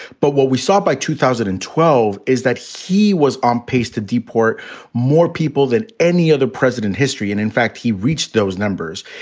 but what we saw by two thousand and twelve is that he was on pace to deport more people than any other president history. and in fact, he reached those numbers.